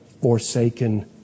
forsaken